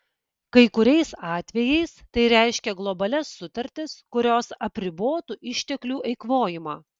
kai kuriais atvejais tai reiškia globalias sutartis kurios apribotų išteklių eikvojimą